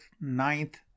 Ninth